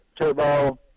turbo